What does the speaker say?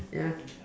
ya